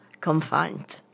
confined